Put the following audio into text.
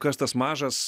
kas tas mažas